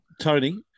Tony